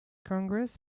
congress